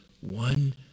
one